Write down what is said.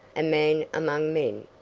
a man among men,